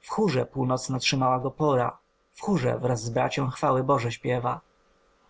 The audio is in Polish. w chórze północna trzymała go pora w chórze wraz z bracią chwały boże śpiwa